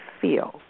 feel